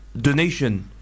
donation